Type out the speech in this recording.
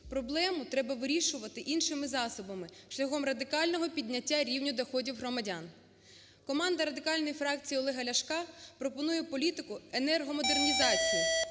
проблему треба вирішувати іншими засобами – шляхом радикального підняття рівня доходів громадян. Команда Радикальної фракції Олега Ляшка пропонує політику енергомодернізації,